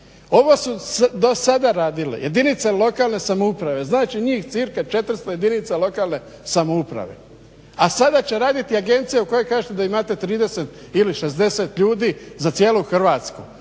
Ovo su dosada radile jedinice lokalne samouprave. Znači njih cca 400 jedinica lokalne samouprave. A sada će raditi agencija u kojoj kažete da imate 30 ili 60 ljudi za cijelu Hrvatsku.